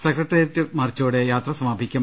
secretariat മാർച്ചോടെ യാത്ര സമാപിക്കും